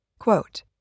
Quote